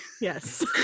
Yes